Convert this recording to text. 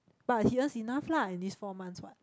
but he earns enough lah in these four months what